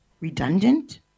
redundant